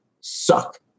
suck